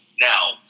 now